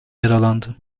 yaralandı